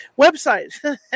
website